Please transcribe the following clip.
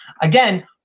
Again